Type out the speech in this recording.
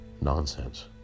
nonsense